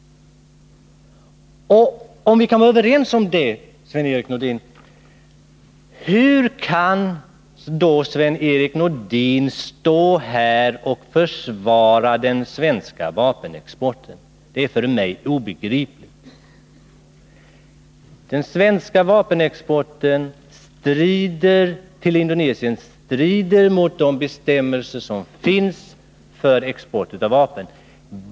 Om vi kan vara överens om att bestämmelserna är sådana, hur kan då Sven-Erik Nordin stå här och försvara den svenska vapenexporten? Det är för mig obegripligt. Den svenska vapenexporten till Indonesien strider mot de bestämmelser som finns för export av vapen.